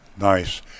nice